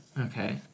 Okay